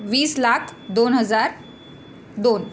वीस लाख दोन हजार दोन